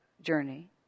journey